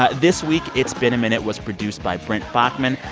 ah this week, it's been a minute was produced by brent baughman,